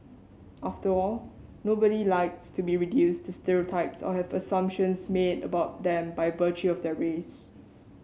after all nobody likes to be reduced to stereotypes or have assumptions made about them by virtue of their race